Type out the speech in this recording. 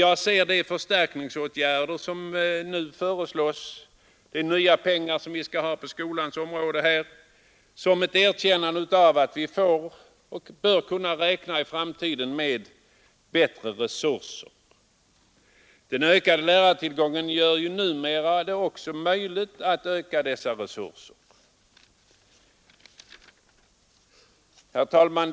Jag ser de förstärkningsåtgärder som nu föreslås genomförda tack vare nya pengar på skolans område som ett erkännande av att vi i framtiden bör kunna räkna med bättre resurser. Den ökade lärartillgången gör det numera också möjligt att öka dessa resurser. Herr talman!